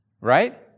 Right